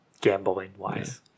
Gambling-wise